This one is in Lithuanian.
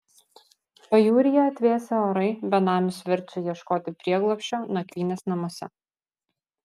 pajūryje atvėsę orai benamius verčia ieškoti prieglobsčio nakvynės namuose